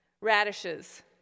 radishes